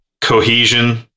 cohesion